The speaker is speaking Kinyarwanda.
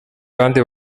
kandi